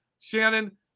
Shannon